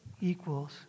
equals